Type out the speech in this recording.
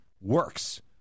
works